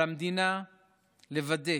על המדינה לוודא